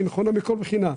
היא נכונה מכל בחינה.